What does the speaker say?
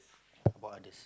about others